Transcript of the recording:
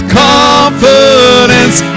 confidence